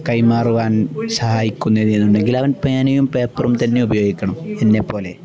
കൈമാറുവാൻ സഹായിക്കുന്നത് എന്നുണ്ടെങ്കിൽ അവൻ പേനയും പേപ്പറും തന്നെ ഉപയോഗിക്കണം എന്നെപ്പോലെ